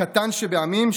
הקטן שבעמים,